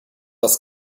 das